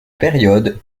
période